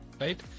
right